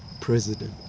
president